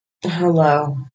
hello